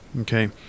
Okay